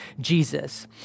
Jesus